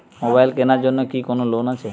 Mobile কেনার জন্য কি কোন লোন আছে?